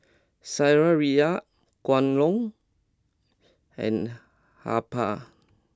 Saizeriya Kwan Loong and Habhal